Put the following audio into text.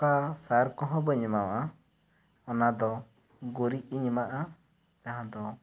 ᱚᱠᱟ ᱥᱟᱨ ᱠᱚᱦᱚᱸ ᱵᱟᱹᱧ ᱮᱢᱟᱣᱟᱜᱼᱟ ᱚᱱᱟ ᱫᱚ ᱜᱩᱨᱤᱡ ᱤᱧ ᱮᱢᱟᱜᱼᱟ ᱡᱟᱦᱟᱸ ᱫᱚ